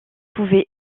pouvaient